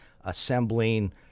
assembling